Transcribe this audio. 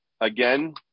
again